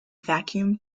vacuum